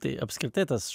tai apskritai tas